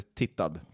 tittad